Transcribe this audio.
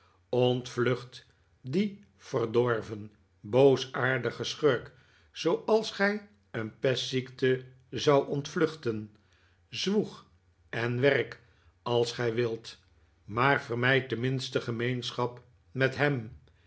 ontvlucht dien verdorven boosaardigen schurk zooals gij een pestzieke zoudt ontvluchten zwoeg en werk als gij wilt maar vermijd de minste gemeenschap met hem